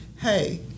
hey